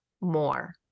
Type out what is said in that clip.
more